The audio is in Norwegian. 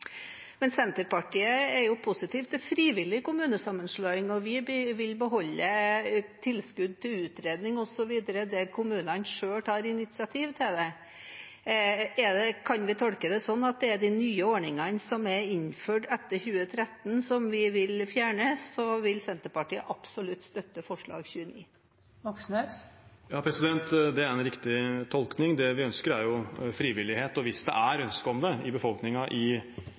kommunesammenslåing, og vi vil beholde tilskudd til utredning osv. der kommunene selv tar initiativ til det. Kan vi tolke det sånn at det er de nye ordningene som er innført etter 2013, man vil fjerne? Da vil Senterpartiet absolutt støtte forslag nr. 29. Det er en riktig tolkning. Det vi ønsker, er frivillighet. Hvis det er ønske om det i befolkningen i